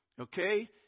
okay